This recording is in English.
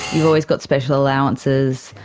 you've always got special allowances,